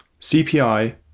CPI